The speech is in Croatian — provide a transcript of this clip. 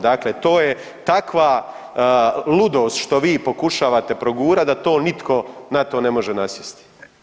Dakle to je takva ludost što vi pokušavate progurati da to nitko ne može nasjesti.